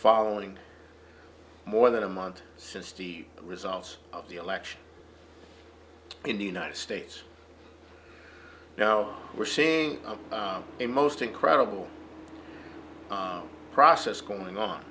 following more than a month since the results of the election in the united states now we're seeing a most incredible process going on